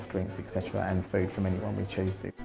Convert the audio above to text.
drinks, etc, and food from anyone we choose to.